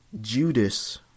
Judas